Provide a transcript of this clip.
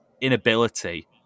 inability